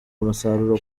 umusaruro